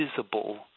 visible